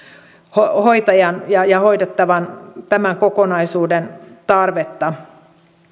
hoitajan ja ja hoidettavan tämän kokonaisuuden tarvetta